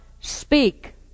speak